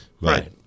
right